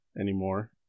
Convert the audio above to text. anymore